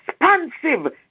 expansive